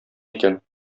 икән